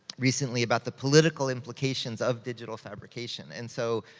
recently about the political implications of digital fabrication. and so,